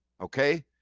okay